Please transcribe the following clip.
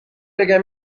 بگم